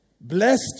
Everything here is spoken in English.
Blessed